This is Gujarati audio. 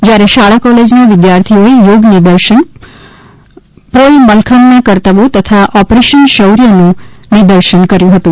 જ્યારે શાળા કોલેજના વિદ્યાર્થીઓએ યોગ નિર્દશન પોલ મલખમના કરતબો તથા ઓપરેશન શૌર્યનું નિદર્શન કર્યું હતું